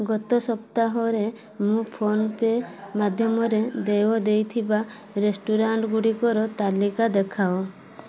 ଗତ ସପ୍ତାହରେ ମୁଁ ଫୋନ୍ପେ ମାଧ୍ୟମରେ ଦେୟ ଦେଇଥିବା ରେଷ୍ଟୁରାଣ୍ଟ୍ଗୁଡ଼ିକର ତାଲିକା ଦେଖାଅ